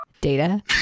Data